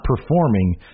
performing